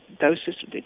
doses